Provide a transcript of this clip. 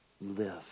live